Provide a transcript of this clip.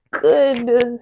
good